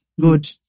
Good